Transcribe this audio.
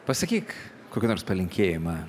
pasakyk kokį nors palinkėjimą